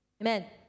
Amen